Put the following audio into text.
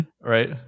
Right